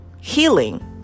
healing